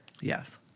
yes